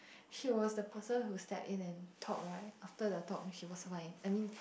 she was the person who step in and talk right after the talk she was mine I mean